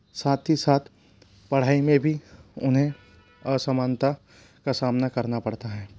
साथ ही साथ पढ़ाई में भी उन्हें असमानता का सामना करना पड़ता है